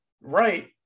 right